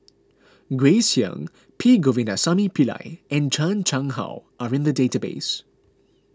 Grace Young P Govindasamy Pillai and Chan Chang How are in the database